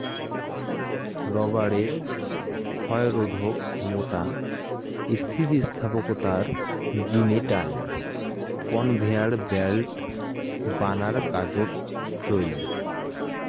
রবারের ক্ষয়রোধক ক্ষমতা, স্থিতিস্থাপকতার জিনে টায়ার, কনভেয়ার ব্যাল্ট বানার কাজোত চইল